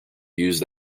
used